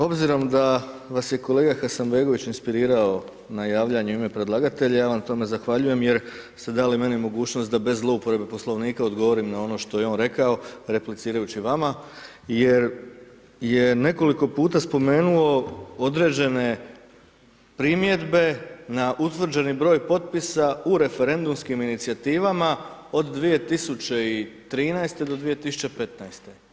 Obzirom da vas je kolega Hasanbegović inspirirao na javljanje u ima predlagatelja, ja vam na tome zahvaljujem jer ste dali meni mogućnost da bez zlouporabe Poslovnika odgovorim na ono što je on rekao, replicirajući vama jer je nekoliko puta spomenuo određene primjedbe na utvrđeni broj potpisa u referendumskim inicijativama od 2013. do 2015.